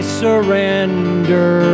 surrender